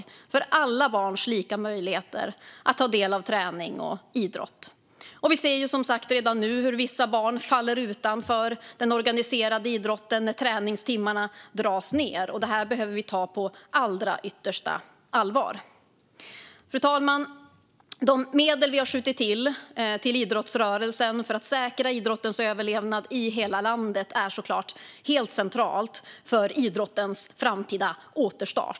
Det handlar om alla barns lika möjligheter att ta del av träning och idrott. Vi ser redan nu hur vissa barn faller utanför den organiserade idrotten när träningstimmarna dras ned. Det behöver vi ta på allra största allvar. Fru talman! De medel vi har skjutit till för idrottsrörelsen för att säkra idrottens överlevnad i hela landet är såklart helt centrala för idrottens framtida återstart.